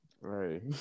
Right